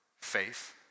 faith